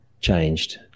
changed